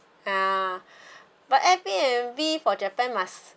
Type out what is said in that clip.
but airbnb for japan must